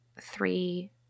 three